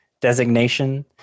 designation